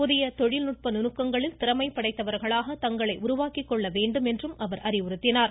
புதிய தொழில்நுட்ப நுணுக்கங்களில் திறமை படைத்தவர்களாக தங்களை உருவாக்கி கொள்ள வேண்டும் என்றும் அவர் அறிவுறுத்தினார்